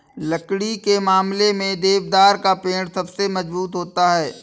लकड़ी के मामले में देवदार का पेड़ सबसे मज़बूत होता है